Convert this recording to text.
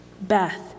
Beth